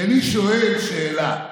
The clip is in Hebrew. כי אני שואל שאלה: